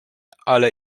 ale